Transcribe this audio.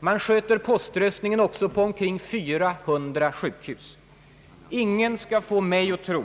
Man sköter också poströstningen på omkring 400 sjukhus. Ingen skall få mig att tro